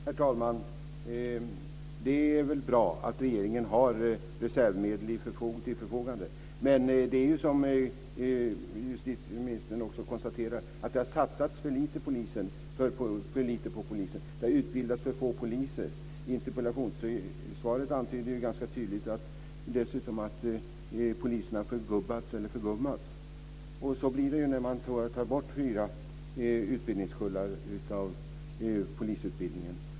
Herr talman! Det är bra att regeringen har reservmedel till förfogande. Men det har, som justitieministern också konstaterar, satsats för lite på polisen. Det har utbildats för få poliser. I interpellationssvaret antyds dessutom ganska tydligt att polisen har förgubbats eller förgummats. Så blir det när man tar bort fyra utbildningskullar på polisutbildningen.